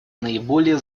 наиболее